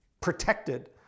protected